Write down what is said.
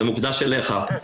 זה מוקדש לך.